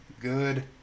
good